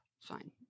Fine